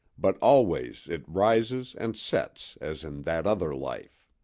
but always it rises and sets, as in that other life.